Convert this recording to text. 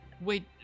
Wait